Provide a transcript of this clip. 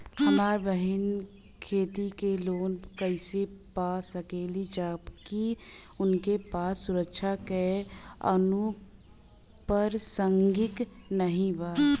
हमार बहिन खेती के लोन कईसे पा सकेली जबकि उनके पास सुरक्षा या अनुपरसांगिक नाई बा?